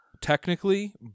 technically